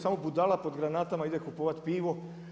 Samo budala pod granatama ide kupovat pivo.